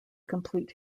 complete